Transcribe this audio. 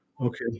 Okay